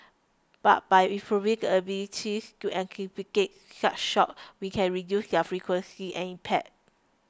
but by improving the abilities to anticipate such shocks we can reduce their frequency and impact